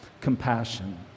compassion